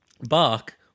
bark